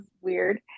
weird